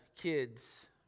kids